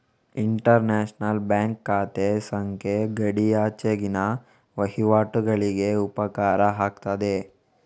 inter national bank ಖಾತೆ ಸಂಖ್ಯೆ ಗಡಿಯಾಚೆಗಿನ ವಹಿವಾಟುಗಳಿಗೆ ಉಪಕಾರ ಆಗ್ತದೆ